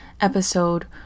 episode